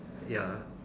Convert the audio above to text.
ya